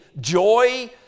joy